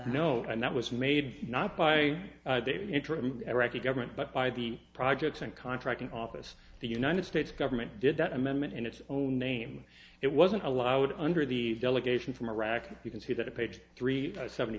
that no and that was made not by the interim iraqi government but by the project and contracting office the united states government did that amendment in its own name it wasn't allowed under the delegation from iraq you can see that a page three seventy